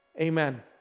Amen